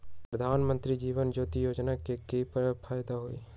प्रधानमंत्री जीवन ज्योति योजना के की फायदा हई?